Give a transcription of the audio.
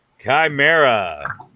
Chimera